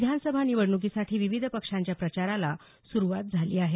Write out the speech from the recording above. विधानसभा निवडण्कीसाठी विविध पक्षाच्या प्रचाराला सुरुवात झाली आहे